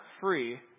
free